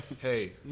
Hey